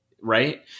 Right